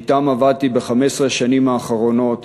שאתם עבדתי ב-15 השנים האחרונות,